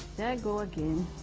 there i go again.